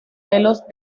celos